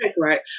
right